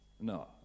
No